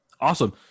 Awesome